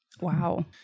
Wow